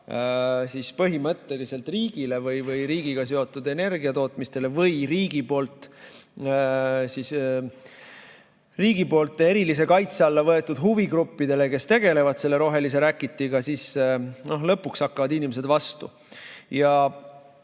ära põhimõtteliselt riigile või riigiga seotud energiatootmisele või riigi erilise kaitse alla võetud huvigruppidele, kes tegelevad selle rohelise räkitiga, siis lõpuks hakkavad inimesed vastu.